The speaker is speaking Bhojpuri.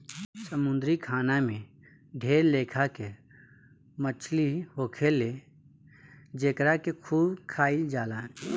समुंद्री खाना में ढेर लेखा के मछली होखेले जेकरा के खूब खाइल जाला